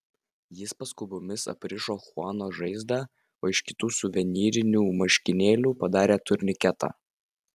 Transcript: jis paskubomis aprišo chuano žaizdą o iš kitų suvenyrinių marškinėlių padarė turniketą